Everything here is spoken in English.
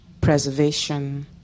preservation